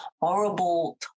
horrible